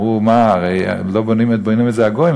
אמרו: מה, הרי בונים את זה הגויים?